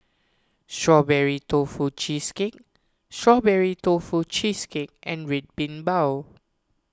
Strawberry Tofu Cheesecake Strawberry Tofu Cheesecake and Red Bean Bao